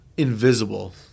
Invisible